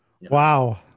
Wow